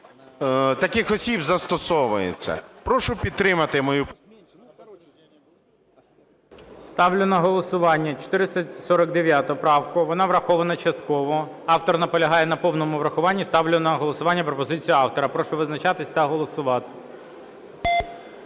таких осіб застосовується. Прошу підтримати мою… ГОЛОВУЮЧИЙ. Ставлю на голосування 449 правку. Вона врахована частково. Автор наполягає на повному врахуванні. Ставлю на голосування пропозицію автора. Прошу визначатись та голосувати.